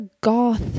goth